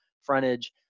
frontage